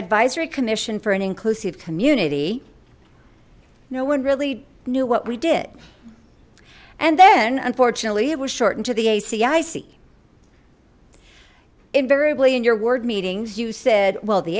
advisory commission for an inclusive community no one really knew what we did and then unfortunately it was shortened to the aci c invariably in your word meetings you said well the